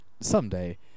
Someday